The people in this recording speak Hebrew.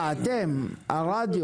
אתם, הרדיו.